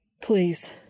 Please